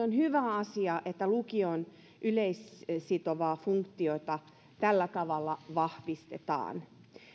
on hyvä asia että lukion yleissitovaa funktiota tällä tavalla vahvistetaan